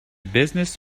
business